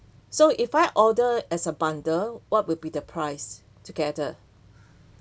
so if I order as a bundle what would be the price together